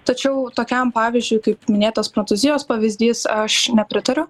tačiau tokiam pavyzdžiui kaip minėtas prancūzijos pavyzdys aš nepritariu